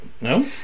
No